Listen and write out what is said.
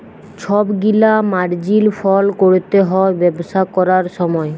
ছব গিলা মার্জিল ফল ক্যরতে হ্যয় ব্যবসা ক্যরার সময়